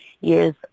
years